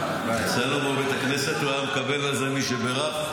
אצלנו בבית הכנסת הוא היה מקבל על זה מי שבירך,